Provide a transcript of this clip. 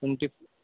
twenty